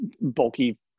bulky